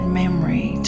memory